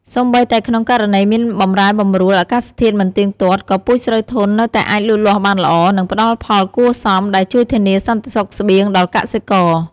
សូម្បីតែក្នុងករណីមានបម្រែបម្រួលអាកាសធាតុមិនទៀងទាត់ ក៏ពូជស្រូវធន់នៅតែអាចលូតលាស់បានល្អ និងផ្ដល់ផលគួរសម ដែលជួយធានាសន្តិសុខស្បៀងដល់កសិករ។